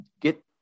get